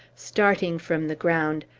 starting from the ground,